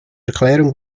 erklärung